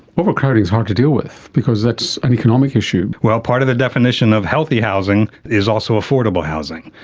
overcrowding is hard to deal with because that's an economic issue. well, part of the definition of healthy housing is also affordable housing.